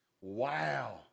Wow